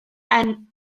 emyn